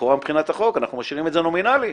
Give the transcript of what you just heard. לכאורה מבחינת החוק אנחנו משאירים את זה נומינלי,